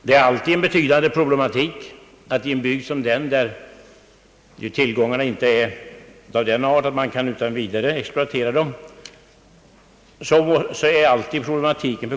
Framför allt gäller detta om bygden saknar andra tillgångar som snabbt kan exploateras.